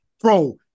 bro